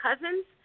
cousins